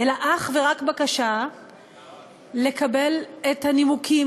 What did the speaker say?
אלא אך ורק בקשה לקבל את הנימוקים